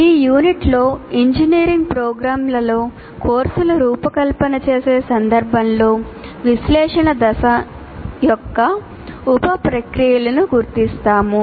ఈ యూనిట్లో ఇంజనీరింగ్ ప్రోగ్రామ్లలో కోర్సులు రూపకల్పన చేసే సందర్భంలో విశ్లేషణ దశ యొక్క ఉప ప్రక్రియలను గుర్తిస్తాము